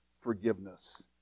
forgiveness